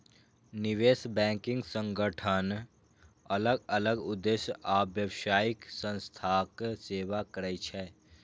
निवेश बैंकिंग संगठन अलग अलग उद्देश्य आ व्यावसायिक संस्थाक सेवा करै छै